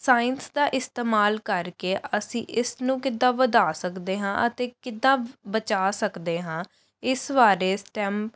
science ਦਾ ਇਸਤੇਮਾਲ ਕਰਕੇ ਅਸੀ ਇਸ ਨੂੰ ਕਿੱਦਾ ਵਧਾ ਸਕਦੇ ਹਾਂ ਅਤੇ ਕਿੱਦਾਂ ਬਚਾ ਸਕਦੇ ਹਾਂ ਇਸ ਬਾਰੇ ਸਟੈਮ